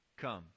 come